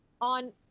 on